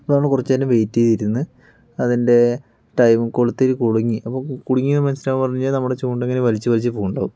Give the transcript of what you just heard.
അപ്പോൾ നമ്മൾ കുറച്ചുനേരം വെയിറ്റ് ചെയ്തിരുന്ന് അതിൻറെ ടൈം കൊളുത്തിൽ കുടുങ്ങി അപ്പോൾ കുടുങ്ങി എന്ന് മനസ്സിലാവുക പറഞ്ഞാൽ നമ്മൾ ഇങ്ങനെ ചൂണ്ട ഇങ്ങനെ വലിച്ചു വലിച്ചു കൊണ്ടു പോകും